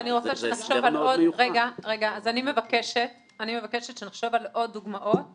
אני מבקשת שנחשוב על עוד דוגמאות